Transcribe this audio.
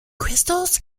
crystals